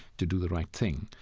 to do the right thing,